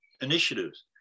initiatives